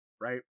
right